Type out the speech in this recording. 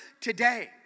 today